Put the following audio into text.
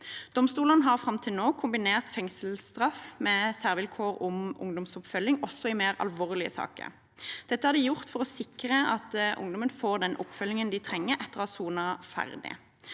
Domstolene har fram til nå kombinert fengselsstraff med særvilkår om ungdomsoppfølging også i mer alvorlige saker. Dette har de gjort for å sikre at ungdommen får den oppfølgingen de trenger, etter å ha sonet ferdig.